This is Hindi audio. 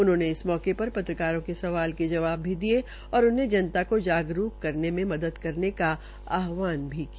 उन्होंने इस मौके पर पत्रकारों के सवाल भी दिये और उन्हें जनता को जागरूक करने मे मदद करने का आहवान भी किया